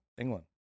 England